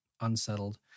unsettled